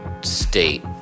state